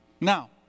Now